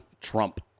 Trump